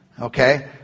Okay